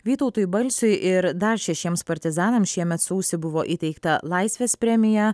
vytautui balsiui ir dar šešiems partizanams šiemet sausį buvo įteikta laisvės premija